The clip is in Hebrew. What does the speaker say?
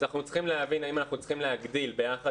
אנחנו צריכים להבין האם אנחנו צריכים להגדיל ביחד